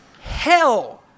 Hell